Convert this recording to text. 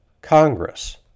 Congress